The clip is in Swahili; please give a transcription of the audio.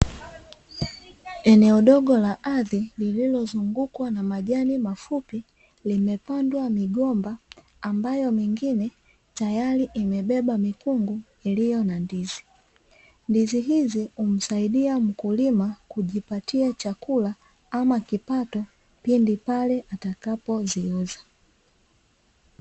Eneo dogo la ardhi lililo zungukwa na majani mafupi, limepandwa migomba, ambayo mingine tayari imebeba mikungu iliyo na ndizi. Ndizi hizi humsaidia mkulima kujipatia chakula, ama kipato pindi pale atakapoziuza.